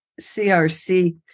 CRC